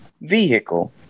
vehicle